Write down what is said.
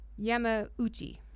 Yamauchi